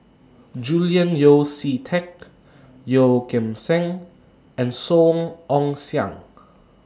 Julian Yeo See Teck Yeoh Ghim Seng and Song Ong Siang